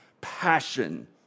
passion